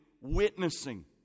witnessing